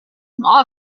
law